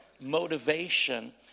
motivation